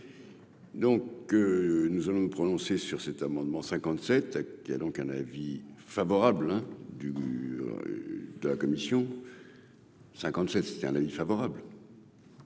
Donc nous allons nous prononcer sur cet amendement 57 qui, il y a donc un avis favorable hein du de la commission 57 c'était un avis favorable.